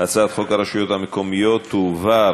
הצעת חוק הרשויות המקומיות (בחירות)